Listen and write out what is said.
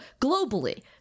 globally